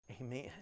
amen